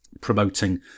promoting